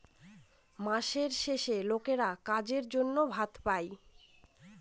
মাসের শেষে লোকেরা কাজের জন্য ভাতা পাই